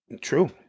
True